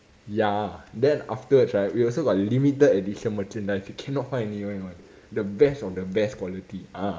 ya then afterwards right we also got limited edition merchandise you cannot find anywhere [one] the best of the best quality ah